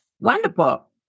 Wonderful